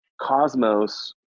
Cosmos